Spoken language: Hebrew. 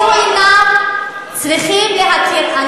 זה דבר שצריכים להכיר.